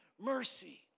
mercy